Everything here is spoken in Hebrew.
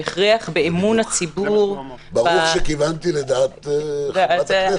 הכרח באמון הציבור --- ברור שכיוונתי לדעת חברת הכנסת.